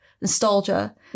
nostalgia